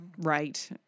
right